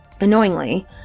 Annoyingly